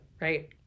right